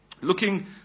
Looking